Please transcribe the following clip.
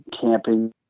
camping